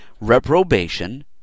Reprobation